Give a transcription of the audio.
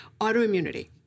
Autoimmunity